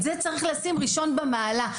את זה צריך לשים ראשון במעלה.